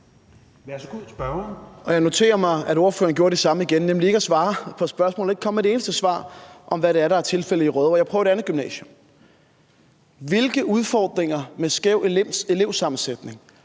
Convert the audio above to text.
Jeg noterer mig, at ordføreren gjorde det samme igen, nemlig ikke at svare på spørgsmålet, ikke at komme med et eneste svar på, hvad der er tilfældet i Rødovre. Jeg prøver et andet gymnasium. Hvilke udfordringer med en skæv elevsammensætning